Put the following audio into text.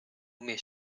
umie